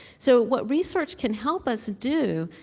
so, what research can help us do,